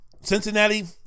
Cincinnati